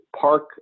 park